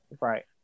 right